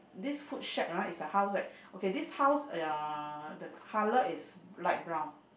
this food shack ah is a house right okay this house uh the color is light brown